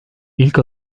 i̇lk